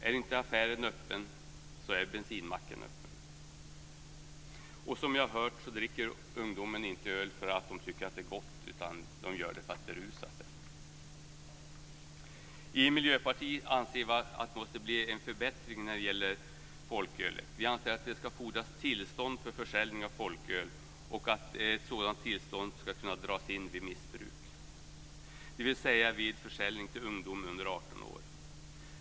Är inte affären öppen så är bensinmacken öppen. Som vi har hört dricker ungdomar öl inte därför att de tycker att det är gott utan för att berusa sig. I Miljöpartiet anser vi att det måste bli en förbättring när det gäller folkölet. Vi anser att det ska fordras tillstånd för försäljning av folköl och att ett sådant tillstånd ska kunna dras in vid missbruk, dvs. vid försäljning till ungdom under 18 år.